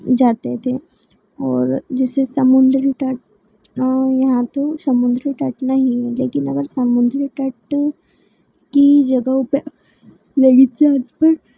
जाते थे और जैसे समुद्र में तट वहाँ पर समुद्र तट में मतलब कि मगर समुद्र तट की जगह पर वही कैप पर